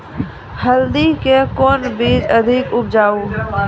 हल्दी के कौन बीज अधिक उपजाऊ?